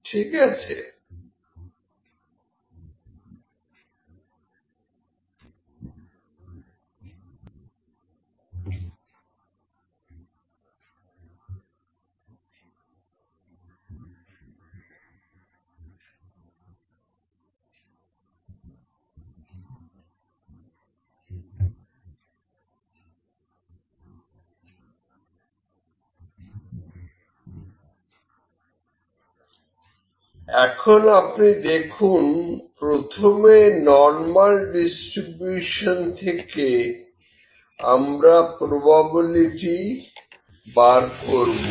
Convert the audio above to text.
μ36 oz σ04 oz P X ¿ 358 বা P X ¿ 362 P Z¿ 358 3601 P Z¿362 3601 P Z¿ 0201 PZ¿ 0201 P Z¿2 P Z¿2 00228 1 09772 00228 00228 00456 এখন আপনি দেখুন প্রথমে normal distribution থেকে আমরা প্রবাবিলিটি বার করব